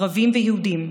ערבים ויהודים,